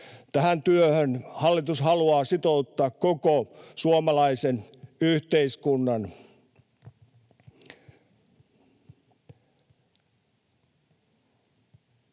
Tähän työhön hallitus haluaa sitouttaa koko suomalaisen yhteiskunnan.